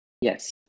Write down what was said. yes